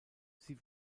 sie